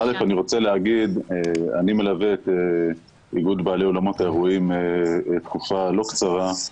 אני מלווה את איגוד בעלי אולמות האירועים תקופה לא קצרה.